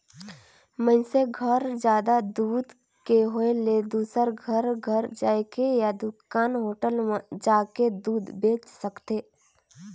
मइनसे घर जादा दूद के होय ले दूसर घर घर जायके या दूकान, होटल म जाके दूद बेंच सकथे